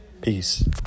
Peace